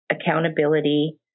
accountability